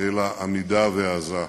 אלא עמידה והעזה.